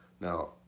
Now